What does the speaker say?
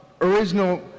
original